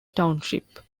township